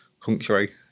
country